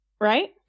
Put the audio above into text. Right